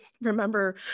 remember